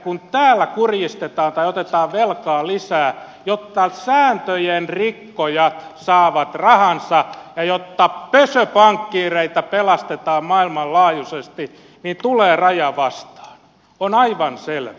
kun täällä kurjistetaan tai otetaan velkaa lisää jotta sääntöjen rikkojat saavat rahansa ja pösöpankkiireita pelastetaan maailmanlaajuisesti jossain vaiheessa tulee raja vastaan se on aivan selvä